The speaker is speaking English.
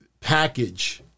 package